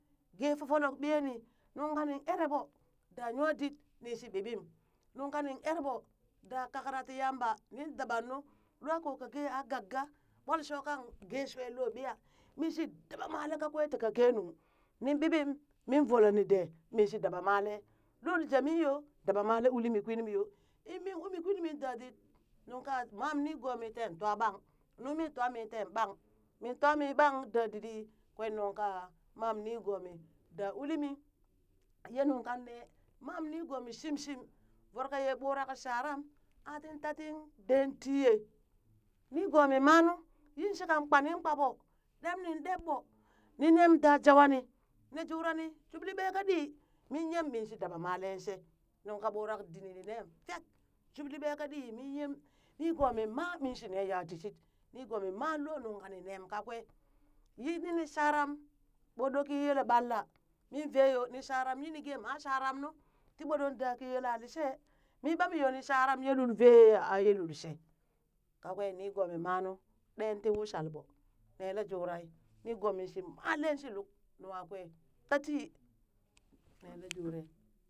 Gee fofoluk ɓiye nii nunka nin eree ɓoo daa nywaa dit nin shi ɓiɓim, nungka eren ɓoo da kakra tii yamba min dabanuu lwa ko kaa gee aa gagga ɓolee shoo kang gee shwaa loo ɓiya? mi shi dabaa malee kakwee tii ka kenuŋ, nin ɓiɓim min volo ni dee min daba malee lul jemin yoo da malee ulu mii kwin mi yoo, in min uu mi kwin min dadit nuŋka mam nigoo mii ten tw ɓang nu mi twa mi teen ɓang, min twami ɓang daditɗi, kwee nuŋka mam nigoo mii, daa uli mi ye nunka nee, mam niigoo mi shim shim voro ka yee ɓurak sharam aa tii taatin dee tii yee nigoomimanu yin shika kpanin kpaɓoo ɗeb nin ɗeb boo, nii nem daa jwani nele jur ni jobli ɓee kaa ɗii, min yem min shii daba male shee, nuŋ ka ɓurak dini ni nem fek, jobbee ɓee kaɗii nin yem nigoomi maa min shi ne yati shit nigoomin maa loo nuŋ kani nem kakwee yi tini sharam ɓoo ɗo ko kii yele ɓalla miim vee yoo mii sharam yini geem aa sharam nu, tii ɓoo ɗot daa kii yella lishee, mii ɓaa mii yoo ni sharam ɓaa yee lul vee yoo ya, aa yelul shee, kakwee nigoomin manuu denti wishal ɓoo nelejure ni nigomi shi male shi luk nungha kwee tatii nele jware.